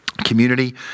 Community